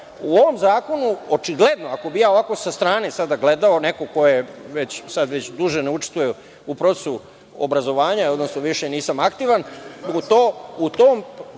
u ovom zakonu očigledno, ako bih ja ovako sa strane sada gledao, kao neko ko sada već duže ne učestvuje u procesu obrazovanja, odnosno više nisam aktivan, u tom